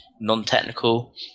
non-technical